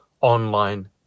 online